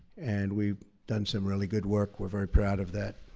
and we've done some really good work. we're very proud of that.